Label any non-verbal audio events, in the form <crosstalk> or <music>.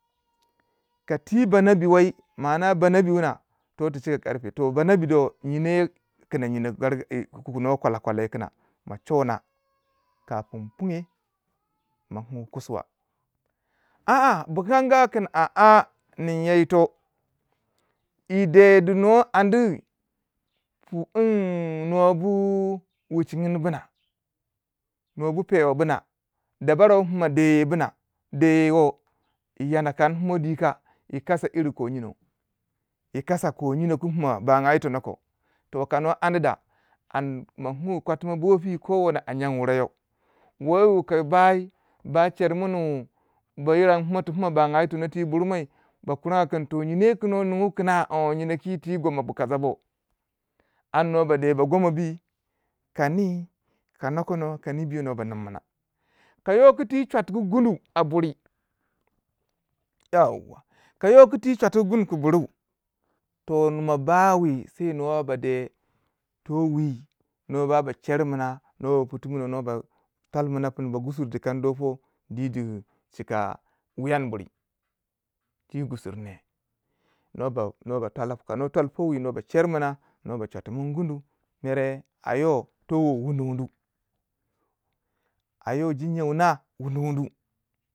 <noise> ka ti ba nabi wai ma ana banabi wuna to tu chika karfe toh banabi do nimuwi kina nyino ku nuwa kwala kwala yo kina ma chona kafun punye ma kingi kusuwa a a bukanga kun aa ninyo yito yi de du nuwo andi pu n nuwa bu chin bina, nuwo bu pewa buna dabara wu pina deyu bina deyu yo yi ana kanpima di yi kasa ko nyino yi kasa ko nyino ku pina banga yi tono ko. toh kanuwa andi da, an ma kinguwe kwatima bo pi ko wono a yan wura yo, woyi wu ka bai ba chermunu yirangi pima pu puma banga yi tono ti burmai ba kuranga kun nyino ku pina nyimun kina on yino ki ti goma bu kasa bo, and nuwa ba de ba gomo bi ka nyi, ka nokono, ka nibiyo nuwa ba nim mina ka yo ku ti chwatgu guno a buri yauwa ka yo gu ti chwatugu gunu a buri toh nuwa bawi sai nuwa ba deh towi nuwa ba ba cher mina, puto mina nuwa ba tal mina gusur di kangi do po di di chika wuyan buri ti gusur neh, nuwa ba nuwa ba tola nuwa ba cher mina nuwa ba chota min gunu, mere ayo towu wunu wunu, ayo jinya wuna wunu wunu.